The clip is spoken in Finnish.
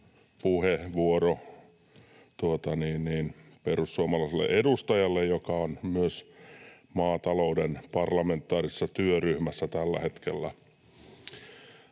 puheenvuoro perussuomalaiselle edustajalle, joka on myös maatalouden parlamentaarisessa työryhmässä tällä hetkellä.